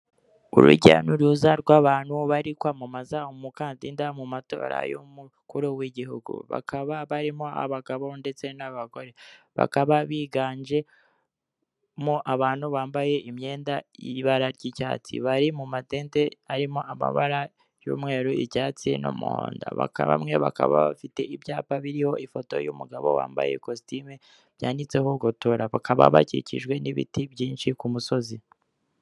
Urujya ni uruzan uruza rw'abantu bari kwamamaza umukandida mu matora y'umukuru w'igihugu bakaba barimo abagabo ndetse n'abagore, bakaba biganjemo abantu bambaye imyenda y'ibara ry'icyatsi, bari mu ma tente arimo amabara y'umweru, icyatsi n'umuhondo, bamwe bakaba bafite ibyapa biriho ifoto y'umugabo wambaye kositime byanditseho ngo tora, bakaba bacyikijwe n'ibiti byinshi ku musozi.